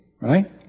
Right